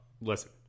listen